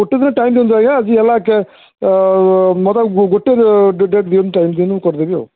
ଗୋଟେ ଦିନ ଟାଇମ୍ ଦିଅନ୍ତୁ ଆଜ୍ଞା ଆଜି ହେଲା ମୋତେ ଆଉ ଗୋଟେ ଡେଟ୍ ଦିଅନ୍ତୁ ଟାଇମ୍ ଦିଅନ୍ତୁ ମୁଁ କରିଦେବି ଆଉ